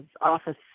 office